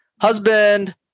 husband